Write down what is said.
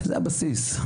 הבסיס.